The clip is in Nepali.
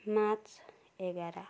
मार्च एघार